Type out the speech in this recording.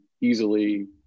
easily